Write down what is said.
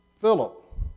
Philip